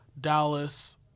Dallas